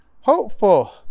hopeful